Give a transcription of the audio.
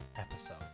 episode